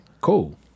cool